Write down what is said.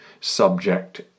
subject